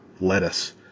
lettuce